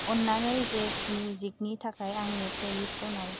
अन्नानै जेज मिउजिकनि थाखाय आंनि प्लेलिस्टखौ नाय